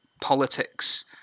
politics